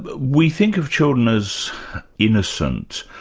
but we think of children as innocent.